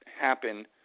happen